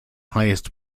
highest